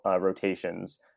rotations